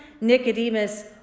Nicodemus